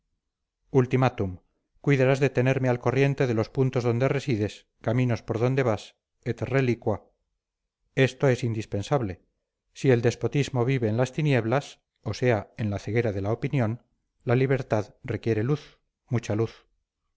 ultimátum cuidarás de tenerme al corriente de los puntos donde resides caminos por donde vas et reliqua esto es indispensable si el despotismo vive en las tinieblas o sea en la ceguera de la opinión la libertad requiere luz mucha luz